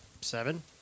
seven